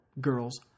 girls